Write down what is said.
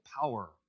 power